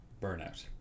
burnout